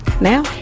now